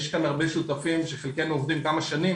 ויש כאן הרבה שותפים שחלקנו עובדים כמה שנים